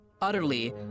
utterly